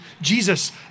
Jesus